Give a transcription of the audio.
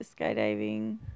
skydiving